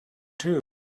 too